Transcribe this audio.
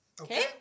okay